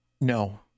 No